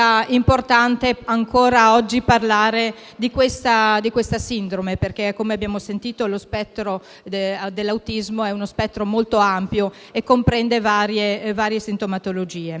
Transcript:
parlare ancora oggi di questa sindrome, perché, come abbiamo sentito, lo spettro dell'autismo è molto ampio e comprende varie sintomatologie.